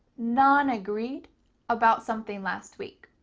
non-agreed about something last week.